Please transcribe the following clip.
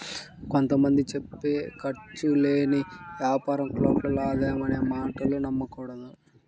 కొంత మంది చెప్పే ఖర్చు లేని యాపారం కోట్లలో ఆదాయం అనే మాటలు నమ్మకూడదు